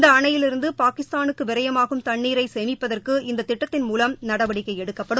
இந்த அணையிலிருந்து பாகிஸ்தானுக்கு விரயமாகும் தண்ணீரை சேமிப்பதற்கு இந்த திட்டத்தின் மூலம் நடவடிக்கை எடுக்கப்படும்